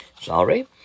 Sorry